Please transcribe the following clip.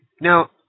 Now